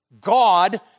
God